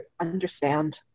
understand